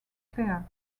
clare